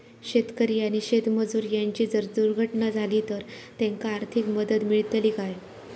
शेतकरी आणि शेतमजूर यांची जर दुर्घटना झाली तर त्यांका आर्थिक मदत मिळतली काय?